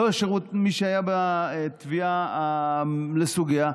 לא מי שהיה בתביעה לסוגיה,